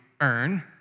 earn